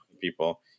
people